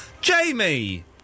Jamie